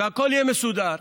והכול יהיה מסודר,